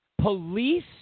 police